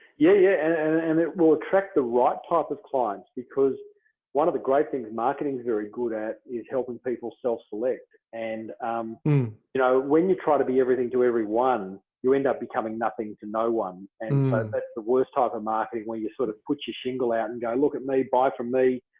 yeah yeah, and and it will attract the right type of clients because one of the great great things marketing is very good at is helping people self-select. and you know, when you try to be everything to everyone, you end up becoming nothing to no one. um and that's the worst type of marketing where you sort of put your shingle out and go look at me, buy from me,